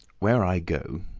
where i go,